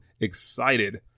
excited